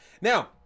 now